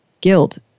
guilt